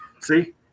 see